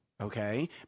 Okay